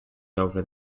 over